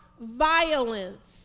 violence